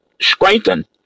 strengthen